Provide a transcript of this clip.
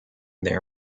their